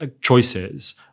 choices